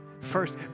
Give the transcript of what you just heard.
First